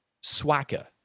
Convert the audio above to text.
swagger